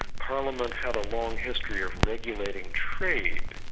parliament had a long history of regulating trade,